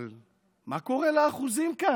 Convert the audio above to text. אבל מה קורה לאחוזים כאן?